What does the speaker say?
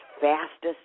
fastest